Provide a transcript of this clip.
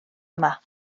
yma